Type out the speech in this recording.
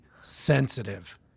sensitive